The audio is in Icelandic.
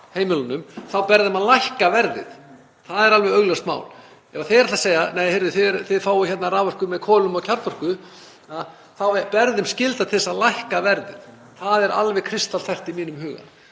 heimilunum, þá ber þeim að lækka verðið. Það er alveg augljóst mál. Ef þeir ætla að segja: Nei, þið fáið hérna raforku með kolum og kjarnorku, þá ber þeim skylda til að lækka verðið. Það er alveg kristaltært í mínum huga